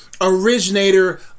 originator